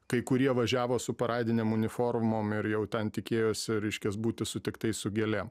kai kurie važiavo su paradinėm uniformom ir jau ten tikėjosi reiškias būti sutiktais su gėlėm